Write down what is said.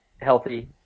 healthy